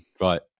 Right